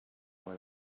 well